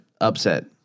upset